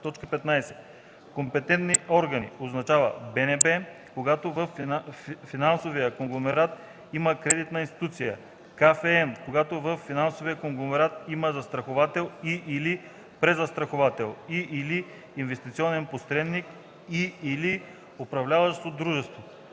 „Компетентни органи” означава БНБ, когато във финансовия конгломерат има кредитна институция, КФН, когато във финансовия конгломерат има застраховател и/или презастраховател, и/или инвестиционен посредник и/или управляващо дружество,